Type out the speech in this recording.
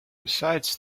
besides